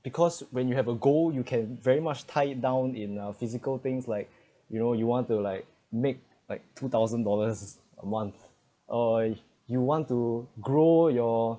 because when you have a goal you can very much tie it down in uh physical things like you know you want to like make like two thousand dollars a month or you want to grow your